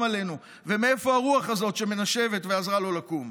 עלינו ומאיפה הרוח הזאת שמנשבת ועזרה לו לקום.